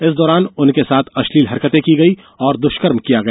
इस दौरान उनके साथ अश्लील हरकतें की गईं और दुष्कर्म किया गया